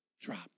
Drop